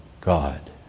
God